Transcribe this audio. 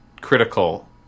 critical